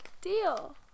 deal